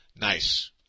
Nice